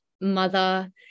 mother